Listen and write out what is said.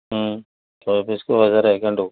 ଶହେ ପିସ୍କୁ ହଜାରେ ଗେଣ୍ଡୁ